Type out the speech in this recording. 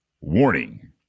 warning